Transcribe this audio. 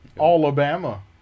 Alabama